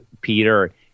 Peter